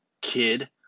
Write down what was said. KID